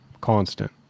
constant